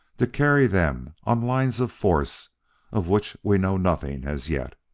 to carry them on lines of force of which we know nothing as yet.